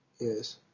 Yes